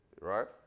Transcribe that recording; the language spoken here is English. Right